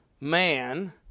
man